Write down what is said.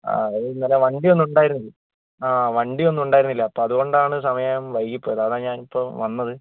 അത് ഇന്നലെ വണ്ടി ഒന്നും ഉണ്ടായിരുന്നില്ല ആ വണ്ടി ഒന്നും ഉണ്ടായിരുന്നില്ല അപ്പോൾ അതുകൊണ്ടാണ് സമയം വൈകിപ്പോയത് അതാ ഞാൻ ഇപ്പോൾ വന്നത്